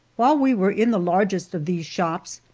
while we were in the largest of these shops,